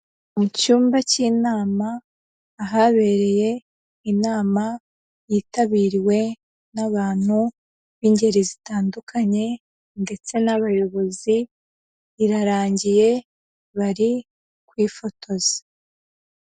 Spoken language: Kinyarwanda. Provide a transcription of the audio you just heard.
Mu cyumba cy'inama ahabereye inama yitabiriwe n'abantu b'ingeri zitandukanye ndetse n'abayobozi, irarangiye bari kwifotoza.